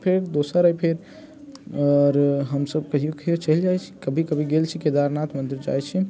फेर दोसर अइ फेर आओर हमसब कहिओ कहिओ चलि जाइत छी कभी कभी गेल छी केदारनाथ मन्दिर जाइत छी